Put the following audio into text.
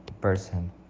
person